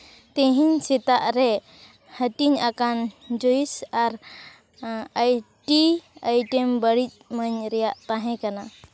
ᱛᱮᱦᱮᱧ ᱥᱮᱛᱟᱜ ᱨᱮ ᱦᱟᱹᱴᱤᱧ ᱟᱠᱟᱱ ᱡᱩᱥᱮᱥ ᱟᱨ ᱴᱤ ᱟᱭᱴᱮᱢᱥ ᱵᱟᱹᱲᱤᱡ ᱢᱟᱹᱧ ᱨᱮᱭᱟᱜ ᱛᱟᱦᱮᱸ ᱠᱟᱱᱟ